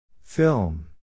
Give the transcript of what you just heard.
Film